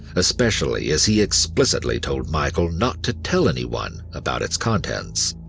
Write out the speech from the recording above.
especially as he explicitly told michael not to tell anyone about its contents.